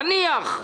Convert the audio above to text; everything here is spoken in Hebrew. נניח,